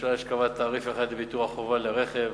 ממשלה שקבעה תעריף אחד לביטוח חובה לרכב